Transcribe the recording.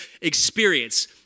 experience